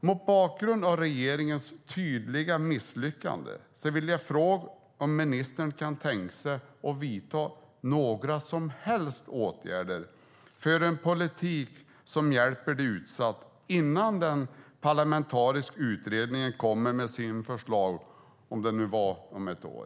Mot bakgrund av regeringens tydliga misslyckande vill jag fråga om ministern kan tänka sig att vidta några som helst åtgärder för en politik som hjälper de utsatta innan den parlamentariska utredningen kommer med sina förslag, om det nu var om ett år.